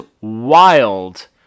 wild